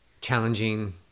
challenging